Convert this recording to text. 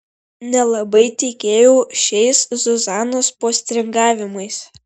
nelabai tikėjau šiais zuzanos postringavimais